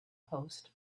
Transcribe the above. post